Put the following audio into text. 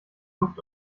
luft